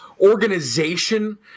organization